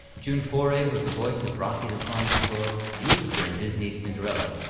june foray was the voice of rocky the flying squirrel, lucifer and disney's cinderella,